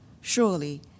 Surely